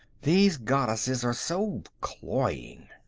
these goddesses are so cloying.